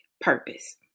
purpose